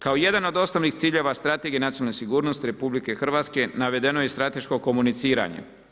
Kao jedan od osnovnih ciljeva strategije i nacionalne sigurnosti RH navedeno je strateško komuniciranje.